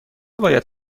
باید